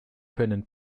können